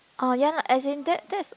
oh ya lah as in that that